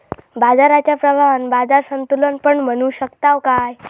बाजाराच्या प्रभावान बाजार संतुलन पण बनवू शकताव काय?